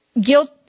guilt